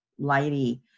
Lighty